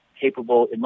capable